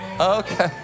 Okay